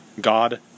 God